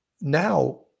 now